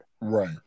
Right